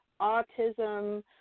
autism